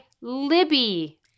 Libby